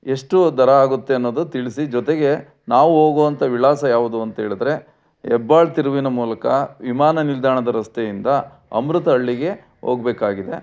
ಎಷ್ಟು ದರ ಆಗುತ್ತೆ ಅನ್ನೋದು ತಿಳಿಸಿ ಜೊತೆಗೆ ನಾವು ಹೋಗುವಂಥ ವಿಳಾಸ ಯಾವುದು ಅಂಥೇಳಿದ್ರೆ ಹೆಬ್ಬಾಳ ತಿರುವಿನ ಮೂಲಕ ವಿಮಾನ ನಿಲ್ದಾಣದ ರಸ್ತೆಯಿಂದ ಅಮೃತಹಳ್ಳಿಗೆ ಹೋಗಬೇಕಾಗಿದೆ